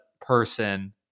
person